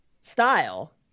style